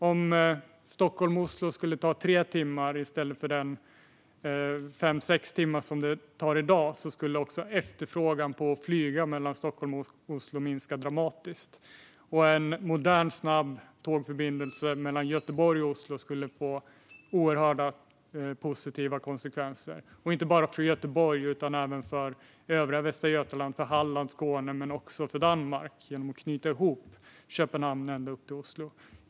Om Stockholm-Oslo skulle ta tre timmar i stället för fem sex timmar, som det tar i dag, skulle efterfrågan på flyg mellan Stockholm och Oslo minska dramatiskt. Och en modern snabb tågförbindelse mellan Göteborg och Oslo skulle få oerhört positiva konsekvenser, inte bara för Göteborg utan även för övriga Västra Götaland, Halland och Skåne men också för Danmark, genom att knyta ihop det från Köpenhamn och ända upp till Oslo.